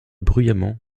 bruyamment